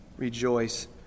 Rejoice